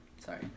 Sorry